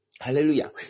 Hallelujah